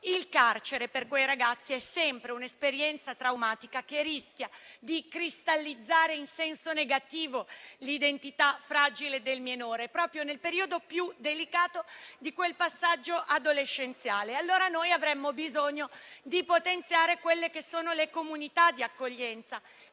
Il carcere per quei ragazzi è sempre un'esperienza traumatica, che rischia di cristallizzare in senso negativo l'identità fragile del minore, proprio nel periodo più delicato di quel passaggio adolescenziale. Avremmo quindi bisogno di potenziare le comunità di accoglienza,